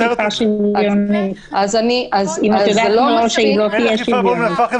אם מראש את יודעת שהיא לא תהיה שוויונית?